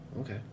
Okay